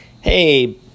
hey